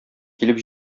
килеп